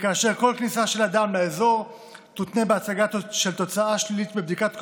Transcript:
וכל כניסה של אדם לאזור תותנה בהצגה של תוצאה שלילית בבדיקת קורונה,